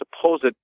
supposed